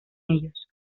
ellos